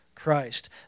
Christ